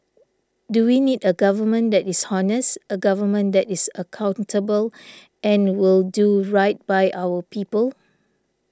do we need a government that is honest a government that is accountable and will do right by our people